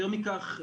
יותר מכך,